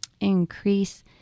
increase